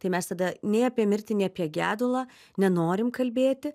tai mes tada nei apie mirtį nei apie gedulą nenorim kalbėti